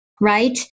Right